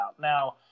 Now